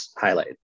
highlight